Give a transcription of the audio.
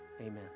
amen